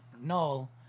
Null